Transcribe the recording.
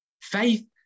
Faith